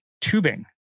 tubing